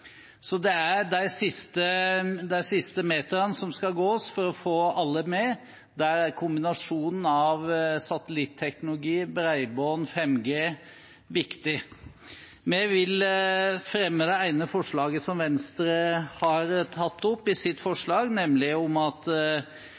Det er de siste meterne som skal gås for å få alle med. Der er kombinasjonen av satellitteknologi, bredbånd og 5G viktig. Vi vil fremme et av forslagene Venstre tok opp i sitt